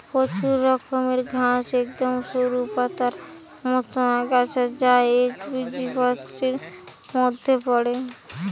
প্রচুর রকমের ঘাস একদম সরু পাতার মতন আগাছা যা একবীজপত্রীর মধ্যে পড়ে